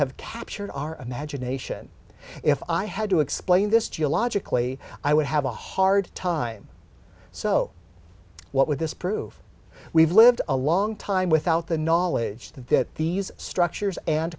have captured our imagination if i had to explain this geologically i would have a hard time so what with this proof we've lived a long time without the knowledge that these structures and